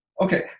Okay